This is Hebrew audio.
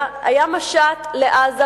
היה משט לעזה,